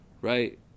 right